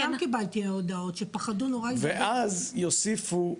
כי אני גם קיבלתי הודעות שפחדו נורא -- ואז יוסיפו,